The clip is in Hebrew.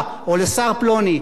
או שתומכים בו,